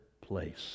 place